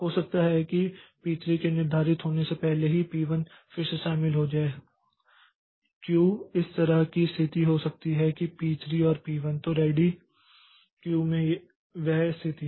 हो सकता है कि P3 के निर्धारित होने से पहले ही P1 फिर से शामिल हो जाए क्यू इस तरह की स्थिति हो सकती है कि P3 और P1 तो रेडी क्यू में वह स्थिति है